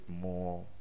more